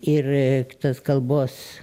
ir tas kalbos